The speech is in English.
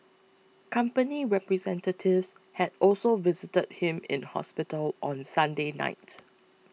company representatives had also visited him in hospital on Sunday night